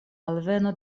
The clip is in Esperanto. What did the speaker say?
alveno